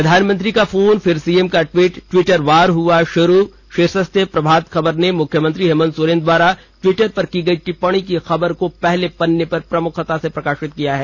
प्रधानमंत्री का फोन फिर सीएम का ट्वीट ट्विटर वार हुआ शुरू शीर्षक से प्रभात खबर ने मुख्यमंत्री हेमंत सोरेन द्वारा ट्विटर पर की गई टिप्पणी की खबर को पहले पन्ने पर प्रमुखता से प्रकाशित किया है